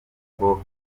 inkoko